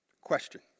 Question